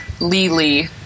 Lily